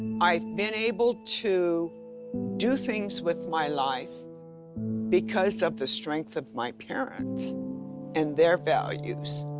i've been able to do things with my life because of the strength of my parents and their values.